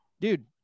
Dude